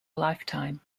lifetime